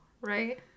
right